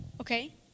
Okay